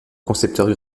concepteur